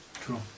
True